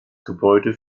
gebäude